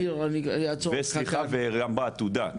וגם בעתודה,